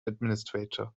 administrator